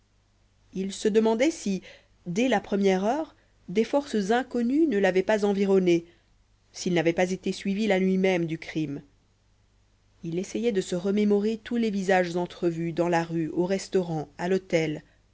il se demandait si dès la première heure des forces inconnues ne l'avaient pas environné s'il n'avait pas été suivi la nuit même du crime il essayait de se remémorer tous les visages entrevus dans la rue au restaurant à l'hôtel